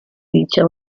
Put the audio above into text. dicha